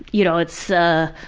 you know, it's ah,